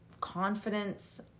confidence